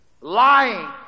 Lying